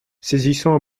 saisissant